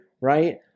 right